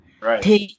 Right